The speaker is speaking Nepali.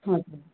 हजुर